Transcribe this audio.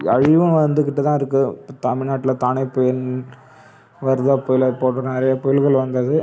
அழிவும் வந்துக்கிட்டு தான் இருக்கு தமிழ்நாட்டில் தானே புயல் வர்தா புயல் அது போன்ற நிறைய புயல்கள் வந்தது